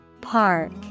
Park